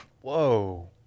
Whoa